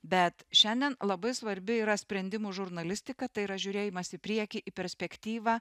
bet šiandien labai svarbi yra sprendimų žurnalistika tai yra žiūrėjimas į priekį į perspektyvą